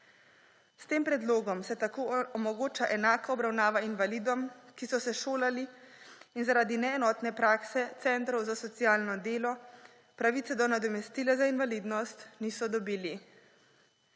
S tem predlogom se tako omogoča enaka obravnava invalidom, ki so se šolali in zaradi neenotne prakse centrov za socialno delo pravice do nadomestila za invalidnost niso dobili.